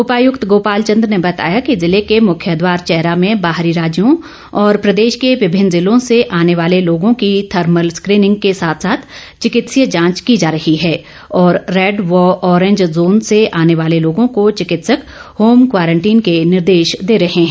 उपायुक्त गोपाल चंद ने बताया कि जिले के मुख्य द्वार चैरा में बाहरी राज्यों और प्रदेश के विभिन्न जिलों से आने वाले लोगों की थर्मल स्केनिंग के साथ साथ चिकित्सय जांच की जा रही है और रेड व ऑरेंज जोन से आने वालों लोगों को चिकित्सक हॉम क्वारंटीन के निर्देश दे रहे हैं